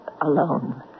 alone